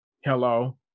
Hello